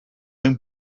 mewn